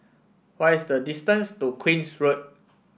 what is the distance to Queen's Road